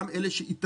גם אלה שאיתרנו,